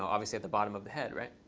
obviously, at the bottom of the head, right?